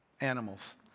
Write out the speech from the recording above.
animals